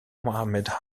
mohammed